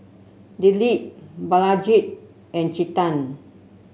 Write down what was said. Dilip Balaji and Chetan